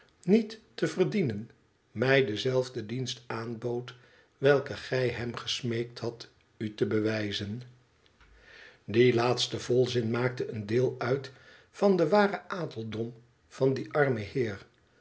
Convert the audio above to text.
niet te verdienen mij denzelfden dienst aanbood welken gij hem gesmeekt had u te bewijzen die laatste volzin maakte een deel uit van den waren adeldom van dien armen heer